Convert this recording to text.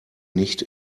nicht